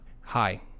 Hi